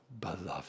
beloved